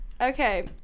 okay